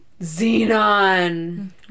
Xenon